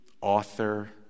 author